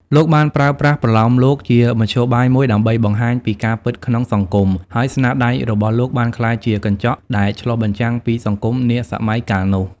លោកបានប្រើប្រាស់ប្រលោមលោកជាមធ្យោបាយមួយដើម្បីបង្ហាញពីការពិតក្នុងសង្គម ហើយស្នាដៃរបស់លោកបានក្លាយជាកញ្ចក់ដែលឆ្លុះបញ្ចាំងពីសង្គមនាសម័យកាលនោះ។